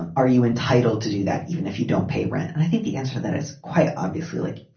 um are you entitled to do that even if you don't pay rent? and i think the answer that is quite obviously like,